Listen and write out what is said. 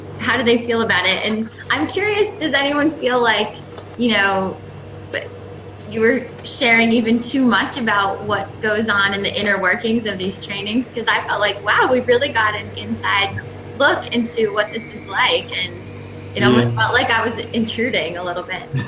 how do they feel about it? and i'm curious, does anyone feel like you know but you were sharing even too much about what goes on in the inner workings of these trainings? because i felt like, wow, we really got an inside look into what this is like. and it almost felt like i was intruding a little bit.